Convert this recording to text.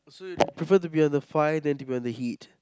so you prefer to be on the fire than to be on the heat